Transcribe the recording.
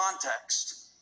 context